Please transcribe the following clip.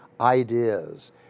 ideas